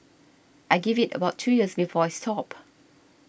I give it about two years before I stop